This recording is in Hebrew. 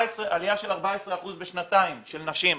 עלייה של 14 אחוזים בשנתיים של נשים,